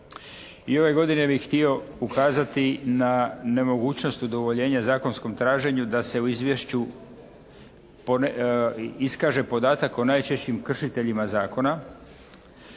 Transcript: I ove godine bih htio ukazati na nemogućnost udovoljenja zakonskom traženju da se u izvješću iskaže podatak o najčešćim kršiteljima zakona.